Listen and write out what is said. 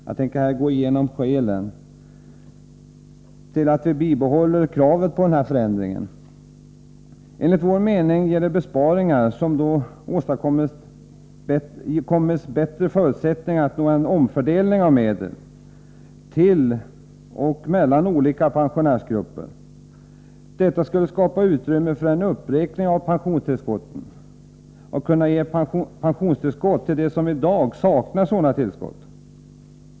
Jag tänker här gå igenom skälen till att vi vidhåller kravet på denna förändring. Enligt vår mening ger de besparingar som man då åstadkommer bättre förutsättningar att nå en omfördelning av medel till och mellan olika pensionärsgrupper. Detta skulle skapa utrymme för en uppräkning av pensionstillskotten och kunna ge ett pensionstillskott till dem som i dag saknar sådant tillskott.